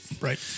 Right